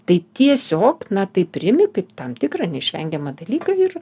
tai tiesiog na tai priimi kaip tam tikrą neišvengiamą dalyką ir